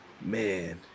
Man